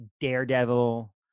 Daredevil